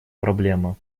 проблема